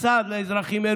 היושב-ראש אומר